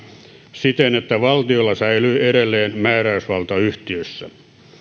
siten että valtiolla säilyy edelleen määräysvalta yhtiössä